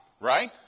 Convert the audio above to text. right